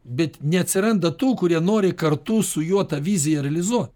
bet neatsiranda tų kurie nori kartu su juo tą viziją realizuot